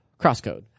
Crosscode